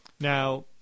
Now